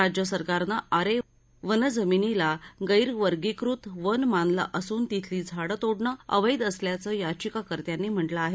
राज्य सरकारनं आरे वनजमिनीला गैरवर्गीकृत वन मानलं असून तिथली झाडं तोडणं अवैध असल्याचं याचिकाकर्त्यांनी म्हटलं आहे